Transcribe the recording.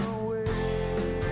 away